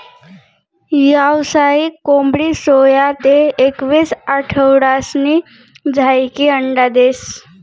यावसायिक कोंबडी सोया ते एकवीस आठवडासनी झायीकी अंडा देस